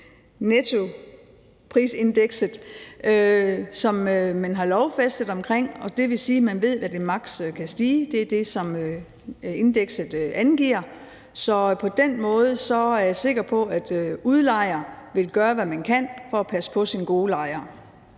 nettoprisindeks, som man har lovfæstet, og det vil sige, at man ved, hvad det maks. kan stige. Det er det, som indekset angiver. Så på den måde er jeg sikker på, at man som udlejer vil gøre, hvad man kan, for at passe på sine gode lejere.